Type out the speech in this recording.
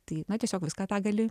tai na tiesiog viską tą gali